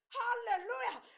hallelujah